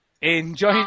Enjoy